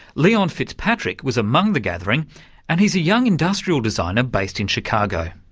leon fitzpatrick was among the gathering and he's a young industrial designer based in chicago.